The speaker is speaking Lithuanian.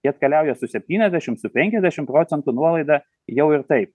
jie atkeliauja su septyniasdešim su penkiasdešim procentų nuolaida jau ir taip